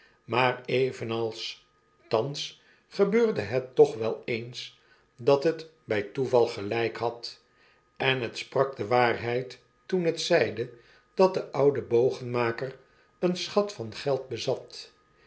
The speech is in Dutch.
maar evenals thans gebeurde het toch wel eens dat het bij toeval gelijk had en het sprak de waarheid toen het zeide dat de oude bogenmaker een schat van geld bezat